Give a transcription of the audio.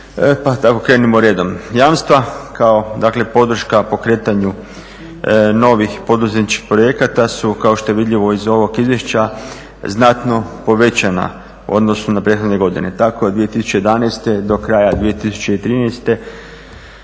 krenimo redom. Jamstva kao dakle podrška pokretanju novih poduzetničkih projekata su kao što je vidljivo iz ovog izvješća, znatno povećana u odnosu na prethodne godine. Tako od 2011. do kraja 2013.